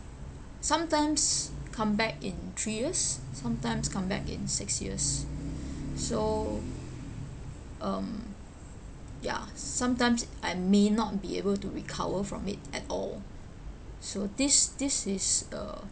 sometimes come back in three years sometimes come back in six years so um ya s~ sometimes I may not be able to recover from it at all so this this is uh